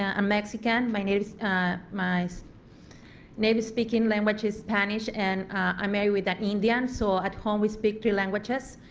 ah i'm mexican my native my so native speaking language is spanish, and i am married with an indian so at home we speak two languages.